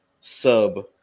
sub